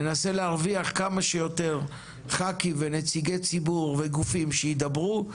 ננסה להרוויח כמה שיותר ח"כים ונציגי ציבור וגופים שידברו.